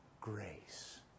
grace